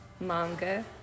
Manga